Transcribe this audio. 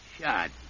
shot